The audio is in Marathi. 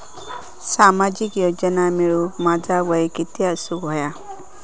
सामाजिक योजना मिळवूक माझा वय किती असूक व्हया?